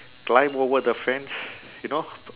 climb over the fence you know